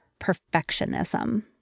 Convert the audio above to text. perfectionism